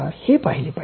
हे पाहिले पाहिजे